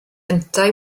yntau